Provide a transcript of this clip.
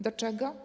Do czego?